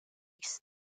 eggs